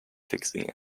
fixing